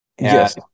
Yes